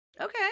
Okay